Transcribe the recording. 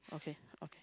okay okay